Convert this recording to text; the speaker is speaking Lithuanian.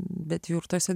bet jau ir tuose